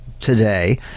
today